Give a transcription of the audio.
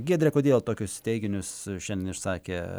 giedre kodėl tokius teiginius šiandien išsakė